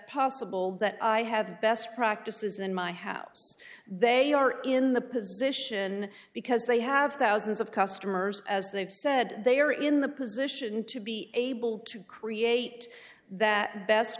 possible that i have best practices in my house they are in the position because they have thousands of customers as they've said they are in the position to be able to create that best